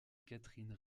catherine